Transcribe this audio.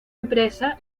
empresa